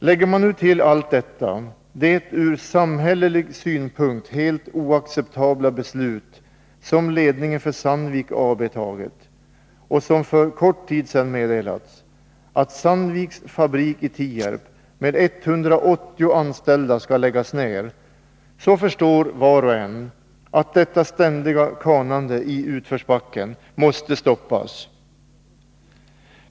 Lägger man nu till allt detta det ur samhällelig synpunkt helt oacceptabla beslut som ledningen för Sandvik AB fattat, och som för kort tid sedan meddelats, nämligen att Sandviks fabrik i Tierp med 180 anställda skall läggas ned, förstår var och en att detta ständiga kanande i utförsbacken måste stoppas.